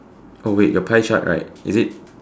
oh wait your pie chart right is it